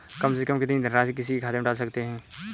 कम से कम कितनी धनराशि किसी के खाते में डाल सकते हैं?